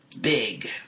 big